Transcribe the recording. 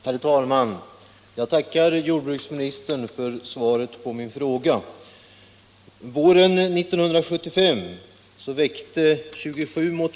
Herr talman! Jag tackar jordbruksministern för svaret på min fråga.